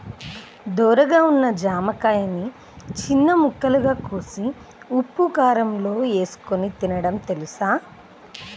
ధోరగా ఉన్న జామకాయని చిన్న ముక్కలుగా కోసి ఉప్పుకారంలో ఏసుకొని తినడం తెలుసా?